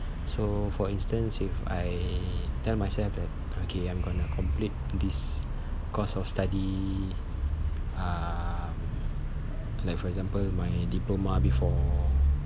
so for instance if I tell myself that okay I'm gonna complete this course of study uh like for example my diploma before